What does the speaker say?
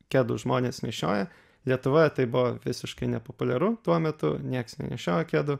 kedus žmonės nešioja lietuvoje tai buvo visiškai nepopuliaru tuo metu nieks nenešiojo kedų